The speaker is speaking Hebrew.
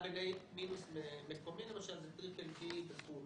AA מינוס מקומי למשל זה BBB בחו"ל.